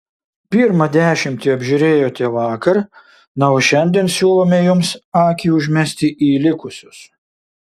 pirmą dešimtį apžiūrėjote vakar na o šiandien siūlome jums akį užmesti į likusius